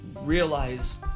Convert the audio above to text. realize